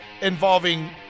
involving